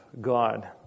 God